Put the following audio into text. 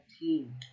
team